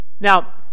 Now